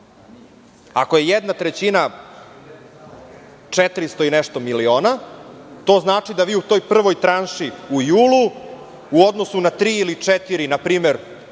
Ako je jedna trećina četiristo i nešto miliona, to znači da vi u toj prvoj tranši u julu, u odnosu na tri ili četiri npr.